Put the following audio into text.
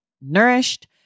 nourished